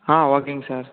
ஆ ஓகேங்க சார்